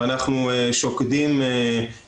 ניתן לעשות את זה.